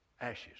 Ashes